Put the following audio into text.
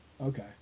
Okay